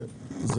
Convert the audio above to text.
תדעו,